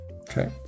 Okay